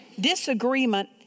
Disagreement